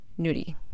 Nudie